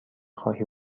خواهی